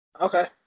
Okay